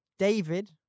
David